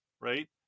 right